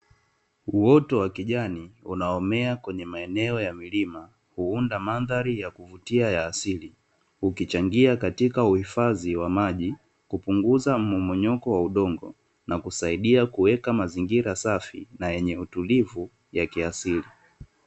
Uoto wa kijani, unaomea kwenye maeneo ya milima, huunda mandhari ya kuvutia ya asili. Ukichangia katika uhifadhi wa maji, kupunguza mmomonyoko wa udongo, na kusaidia kuweka mazingira safi na yenye utulivu ya kiasili.